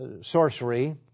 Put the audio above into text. sorcery